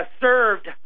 served